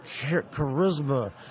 charisma